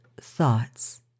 thoughts